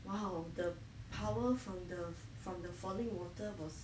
!wow! the power from the from the falling water was